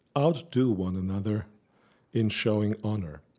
outdo one another in showing honor.